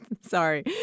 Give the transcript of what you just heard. Sorry